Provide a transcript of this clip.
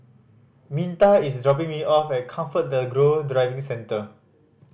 Minta is dropping me off at ComfortDelGro Driving Centre